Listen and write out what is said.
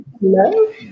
Hello